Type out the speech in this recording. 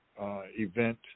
event